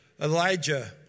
Elijah